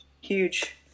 huge –